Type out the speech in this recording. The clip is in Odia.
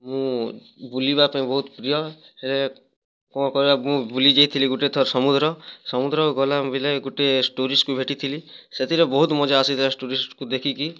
ମୁଁ ବୁଲିବା ପାଇଁ ବହୁତ ପ୍ରିୟ ହେଲେ କ'ଣ କରିବା ମୁଁ ବୁଲି ଯାଇଥିଲି ଗୋଟେ ଥର ସମୁଦ୍ର ସମୁଦ୍ର ଗଲା ବିଲେ ଗୋଟେ ଟୁରିଷ୍ଟକୁ ଭେଟିଥିଲି ସେଥିରେ ବହୁତ ମଜା ଆସିଥିଲା ଟୁରିଷ୍ଟକୁ ଦେଖିକି